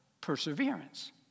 perseverance